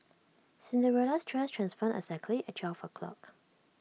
Cinderella's dress transformed exactly at twelve o'clock